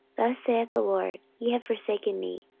thus saith the lord, ye have forsaken me,